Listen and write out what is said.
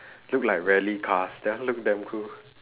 look like rally cars that one look damn cool